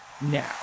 now